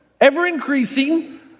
ever-increasing